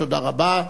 תודה רבה.